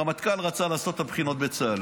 הרמטכ"ל רצה לעשות את הבחינות בצה"ל,